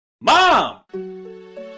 Mom